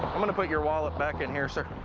i'm going to put your wallet back in here, sir.